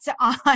on